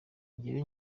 njyewe